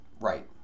Right